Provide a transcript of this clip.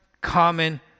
common